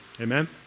Amen